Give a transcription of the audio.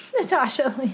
Natasha